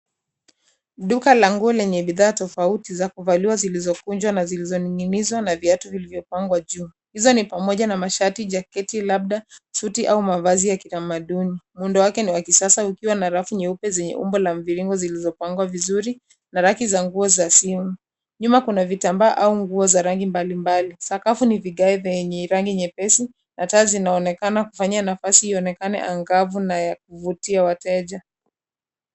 Duka la nguo lenye bidhaa tofauti za kuvaliwa, zilizokunjwa na zilizoning'inizwa na viatu vilivyopangwa juu. Hizo ni pamoja na mashati, jaketi, labda suti au mavazi ya kitamaduni. Muundo wake ni wa kisasa ukiwa na rafu nyeupe zenye umbo la mviringo zilizopangwa vizuri, na raki za nguo za simu. Nyuma kuna vitambaa au nguo za rangi mbalimbali. Sakafu ni vigae vyenye rangi nyepesi na taa zinaonekana kufanya nafasi ionekane angavu na ya kuvutia wateja.